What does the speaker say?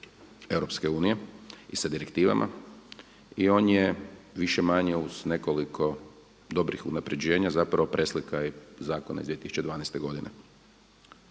propisima EU i sa direktivama. I on je više-manje uz nekoliko dobrih unapređenja zapravo preslika i zakona iz 2012. godine.